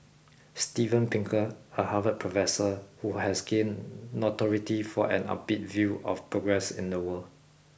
Steven Pinker a Harvard professor who has gained notoriety for an upbeat view of progress in the world